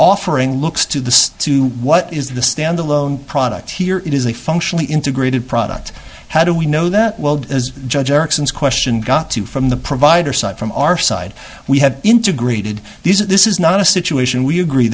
offering looks to the to what is the standalone product here it is a functionally integrated product how do we know that well as judge eriksson's question got to from the provider side from our side we have integrated these this is not a situation we agree